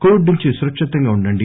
Covid నుంచి సురక్షితంగా ఉండండి